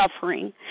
suffering